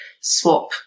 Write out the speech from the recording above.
swap